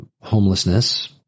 homelessness